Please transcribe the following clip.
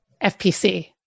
FPC